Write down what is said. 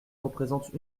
représentent